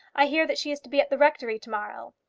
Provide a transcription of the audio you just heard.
i hear that she is to be at the rectory to-morrow.